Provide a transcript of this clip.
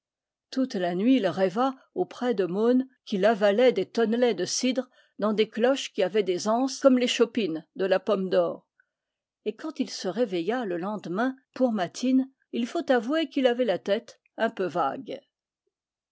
toute la nuit il rêva auprès de mon qu'il avalait des tonnelets de cidre dans des cloches qui avaient des anses comme les chopines de la pomme d'or et quand il se réveilla le lendemain pour matines il faut avouer qu'il avait la tête un peu vague